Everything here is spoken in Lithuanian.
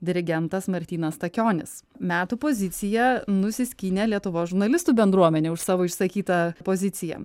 dirigentas martynas stakionis metų poziciją nusiskynė lietuvos žurnalistų bendruomenė už savo išsakytą poziciją